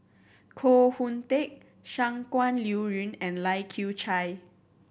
Koh Hoon Teck Shangguan Liuyun and Lai Kew Chai